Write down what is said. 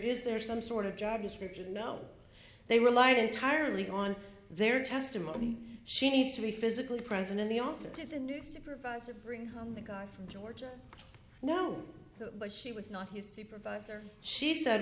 is there some sort of job description no they relied entirely on their testimony she needs to be physically present in the office in new supervisor bring home the guy from georgia no but she was not his supervisor she